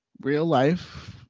real-life